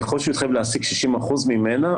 ככל שהוא יתחייב להעסיק 60% ממנה,